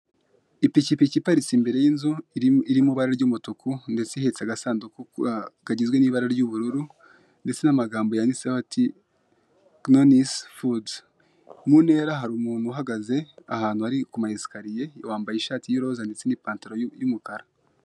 Ipikipiki iparitse imbere y'inzu iri mu ibara ry'umutuku, ndetse ihetse agasanduku kagizwe n'ibara ry'ubururu, ndetse n'amagambo yanditseho ati nunisi fudu. Mu ntera hari umuntu uhagaze ahantu hari ku ma esikariye, wambaye ishati y'iroza ndetse n'ipantaro y'umukara.